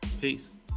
peace